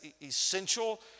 essential